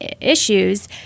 issues